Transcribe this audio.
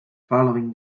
following